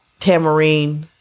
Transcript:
Tamarine